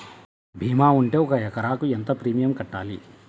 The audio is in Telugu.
భీమా ఉంటే ఒక ఎకరాకు ఎంత ప్రీమియం కట్టాలి?